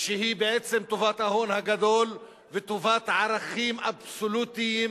שהיא בעצם טובת ההון הגדול וטובת ערכים אבסולוטיים